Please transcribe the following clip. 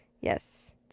Yes